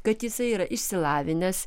kad jisai yra išsilavinęs